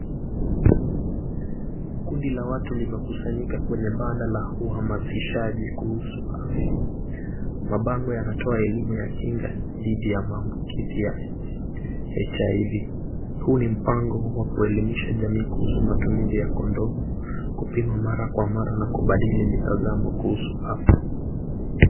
Kundi la watu limekusanyika kwenye banda la uhamasishaji kuhusu afya. Mabango yanatoa elimu ya kinga dhidi ya maambukizi ya HIV . Huu ni mpango wa kuelimisha jamii kuhusu matumizi ya kondomu, kupima mara kwa mara na kubadili mitazamo kuhusu afya.